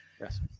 Yes